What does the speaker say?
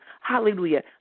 Hallelujah